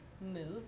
move